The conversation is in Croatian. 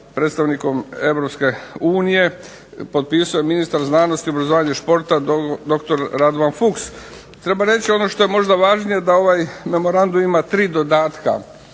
predstavnikom EU. Potpisao je ministar znanosti, obrazovanja i športa doktor RAdovan Fuchs. Treba reći ono što je možda važnije da ovaj memorandum ima tri dodatka,